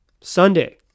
Sunday